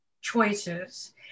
choices